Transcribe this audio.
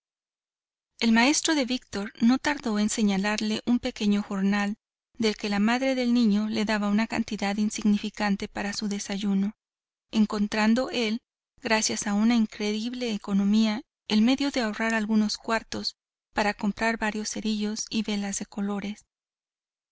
el maestro de víctor no tardó en señalarle un pequeño jornal del que la madre del niño le daba una cantidad insignificante para su desayuno encontrando él gracias a una increíble economía el medio de ahorrar algunos cuartos para comprar varios cerillos y velas de colores